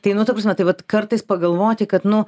tai nu ta prasme tai vat kartais pagalvoti kad nu